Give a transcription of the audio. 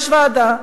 יש ועדה,